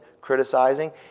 criticizing